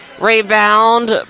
Rebound